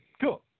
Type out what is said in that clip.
Cool